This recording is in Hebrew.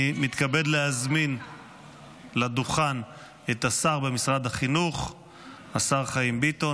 אני מתכבד להזמין לדוכן את השר במשרד החינוך השר חיים ביטון.